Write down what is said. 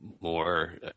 more